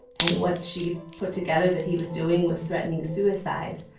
and what she put together that he was doing was threatening suicide.